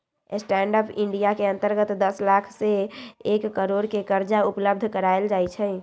stand up India के अंतर्गत दस लाख से एक करोड़ के करजा उपलब्ध करायल जाइ छइ